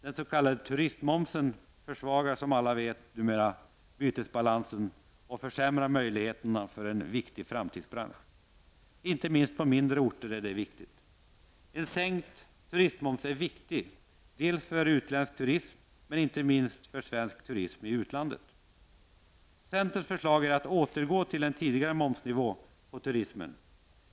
Den s.k. turistmomsen försvagar numera som alla vet, bytesbalansen och försämrar möjligheterna för en viktig framtidsbransch. Inte minst på mindre orter är turismen viktig. En sänkt turistmoms är viktig för utländsk turism i Sverige, men inte minst är den viktig för svensk turism i landet. Centerns förslag är att återgå till den tidigare momsnivån på turismen.